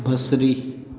बसरी